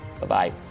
Bye-bye